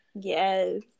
Yes